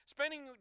Spending